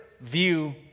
view